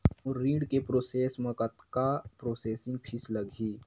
मोर ऋण के प्रोसेस म कतका प्रोसेसिंग फीस लगही?